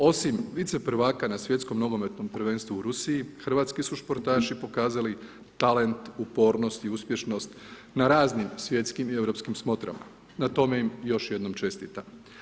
Osim vice prvaka na svjetskom nogometnom prvenstvu u Rusiji, hrvatski su športaši pokazali talent, upornost i uspješnost na raznim svjetskim i europskim smotrama, na tome im još jednom čestitam.